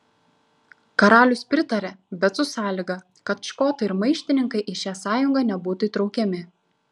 karalius pritaria bet su sąlyga kad škotai ir maištininkai į šią sąjungą nebūtų įtraukiami